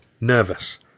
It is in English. nervous